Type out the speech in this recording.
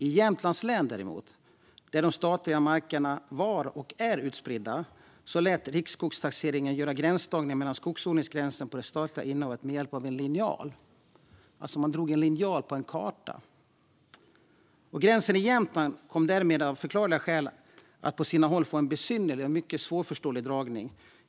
I Jämtlands län däremot, där de statliga markerna var och är utspridda, lät riksskogstaxeringen göra gränsdragningen för skogsodlingsgränsen i det statliga innehavet med hjälp av linjal - man drog ett streck med linjal på en karta. Gränsen i Jämtlands län kom därmed av förklarliga skäl att på sina håll få en besynnerlig och mycket svårförståelig dragning.